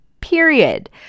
period